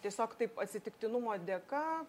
tiesiog taip atsitiktinumo dėka